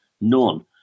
None